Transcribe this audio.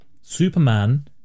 Superman